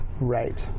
Right